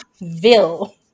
Ville